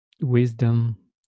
wisdom